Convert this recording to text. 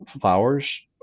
flowers